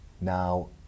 now